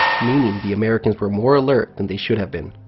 meaning the americans were more alert than they should have been.